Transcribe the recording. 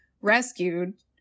rescued